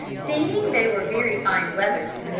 seeing they were very fine wethers,